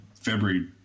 February